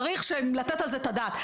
צריך לתת על זה את הדעת.